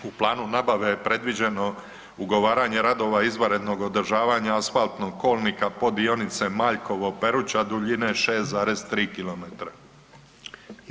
U planu nabave je predviđeno ugovaranje radova izvanrednog održavanja asfaltnog kolnika poddionice Maljkovo-Peruča duljine 6,3 km.